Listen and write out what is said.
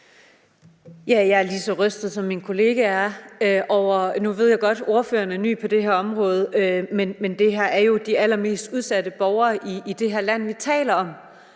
Jeg er lige så rystet, som min kollega er. Nu ved jeg godt, at ordføreren er ny på det her område, men det er jo de allermest udsatte borgere i det her land, vi taler om.